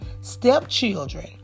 stepchildren